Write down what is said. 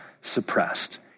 suppressed